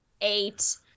eight